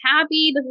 happy